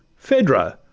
phaedra,